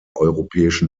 europäischen